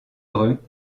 heureux